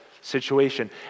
situation